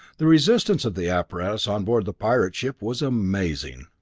the resistance of the apparatus on board the pirate ship was amazing.